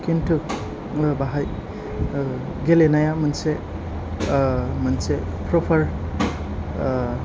खिन्थु जोङो बेवहाय गेलेनाया मोनसे प्रफार